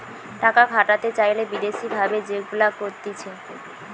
টাকা খাটাতে চাইলে বিদেশি ভাবে যেগুলা করতিছে